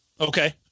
Okay